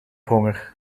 honger